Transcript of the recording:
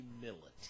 humility